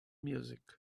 music